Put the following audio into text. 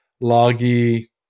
loggy